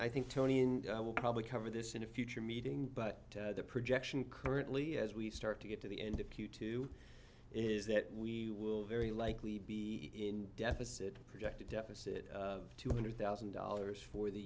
and i will probably cover this in a future meeting but the projection currently as we start to get to the end of q two is that we will very likely be in deficit projected deficit of two hundred thousand dollars for the